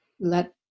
let